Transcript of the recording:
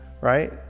Right